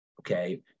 Okay